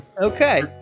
Okay